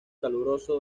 caluroso